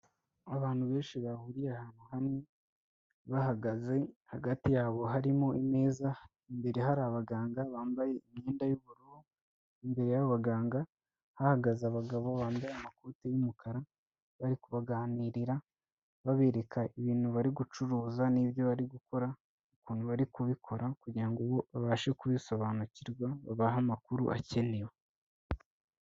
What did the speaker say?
Abantu benshi bahuriye ahantu hamwe, bahagaze hagati yabo harimo imeza imbere hari abaganga bambaye imyenda y'ubururu, imbere y'abo baganga hahagaze abagabo bambaye amakoti y'umukara, bari kubaganirira babereka ibintu bari gucuruza n'ibyo bari gukora, ukuntu bari kubikora kugirango babashe kubisobanukirwa babahe amakuru akenewe.